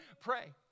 Pray